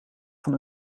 van